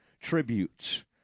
tributes